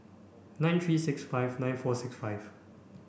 nine three six five nine four six five